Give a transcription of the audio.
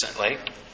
recently